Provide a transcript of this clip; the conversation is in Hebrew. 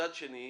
מצד שני,